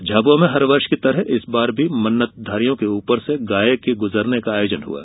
झाबुआ में हर वर्ष की तरह इस बार भी मन्नत धारियों के ऊपर से गाय गुजरने का आयोजन हुआ